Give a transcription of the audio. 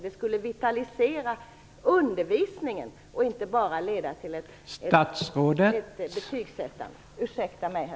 De skulle vitalisera undervisningen och inte bara leda till ett betygssättande.